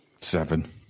seven